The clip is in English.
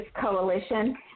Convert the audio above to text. Coalition